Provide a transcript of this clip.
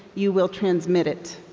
you will transmit it.